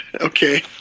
Okay